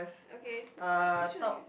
okay which one are you